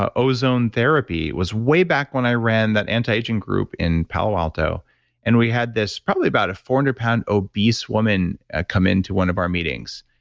ah ozone therapy was way back when i ran that anti-aging group in palo alto and we had this probably about a four hundred and pound obese woman ah come into one of our meetings,